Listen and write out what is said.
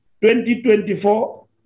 2024